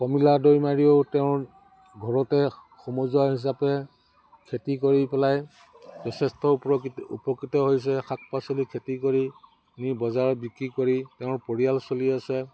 পমিলা দৈ মাৰিও তেওঁৰ ঘৰতে সমোমজোৱা হিচাপে খেতি কৰি পেলাই যথেষ্ট উপকৃত উপকৃত হৈছে শাক পাচলি খেতি কৰি নি বজাৰত বিক্ৰী কৰি তেওঁৰ পৰিয়াল চলি আছে